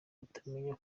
batamenya